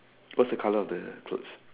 what's the colour of the clothes